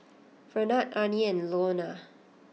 Fernand Arnie and Launa